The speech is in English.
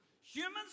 Humans